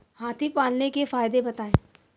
हाथी पालने के फायदे बताए?